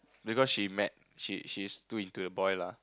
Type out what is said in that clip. because she met she she is too into the boy lah